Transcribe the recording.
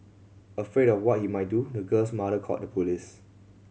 afraid of what he might do the girl's mother called the police